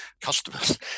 customers